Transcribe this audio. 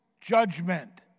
judgment